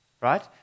Right